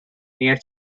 near